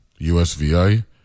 USVI